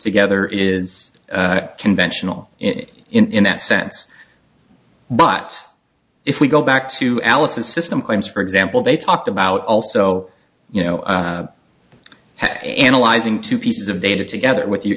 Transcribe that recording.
together is conventional in that sense but if we go back to alice's system claims for example they talked about also you know analyzing two pieces of data together with you